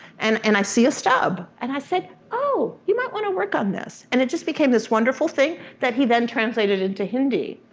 and and i see a stub. and i said oh, you might wanna work on this. and it just became this wonderful thing that he then translated into hindi.